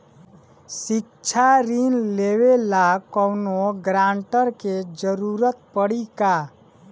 शिक्षा ऋण लेवेला कौनों गारंटर के जरुरत पड़ी का?